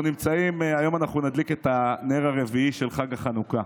אנחנו נמצאים, היום נדליק נר רביעי של חג החנוכה,